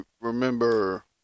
remember